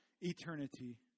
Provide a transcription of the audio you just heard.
eternity